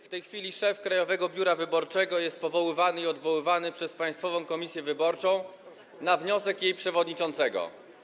W tej chwili szef Krajowego Biura Wyborczego jest powoływany i odwoływany przez Państwową Komisję Wyborczą na wniosek jej przewodniczącego.